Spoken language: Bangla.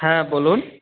হ্যাঁ বলুন